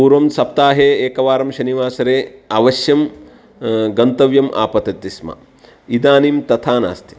पूर्वं सप्ताहे एकवारं शनिवासरे अवश्यं गन्तव्यम् आपतति स्म इदानीं तथा नास्ति